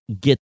get